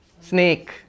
Snake